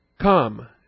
Come